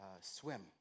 swim